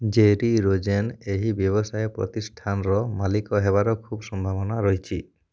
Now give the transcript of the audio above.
Jerry Rosen ଏହି ବ୍ୟବସାୟ ପ୍ରତିଷ୍ଠାନର ମାଲିକ ହେବାର ଖୁବ ସମ୍ଭାବନା ରହିଛି